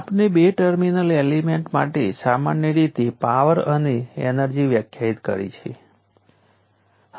આપણે ઈલેકટ્રીકલ એલિમેન્ટમાં ઉપયોગ કરું છું